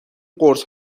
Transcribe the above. قرص